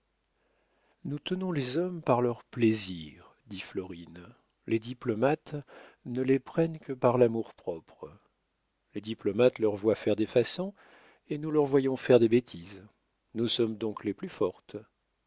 nous tenons les hommes par leur plaisir dit florine les diplomates ne les prennent que par l'amour-propre les diplomates leur voient faire des façons et nous leur voyons faire des bêtises nous sommes donc les plus fortes